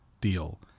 deal